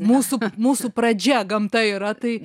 mūsų mūsų pradžia gamta yra tai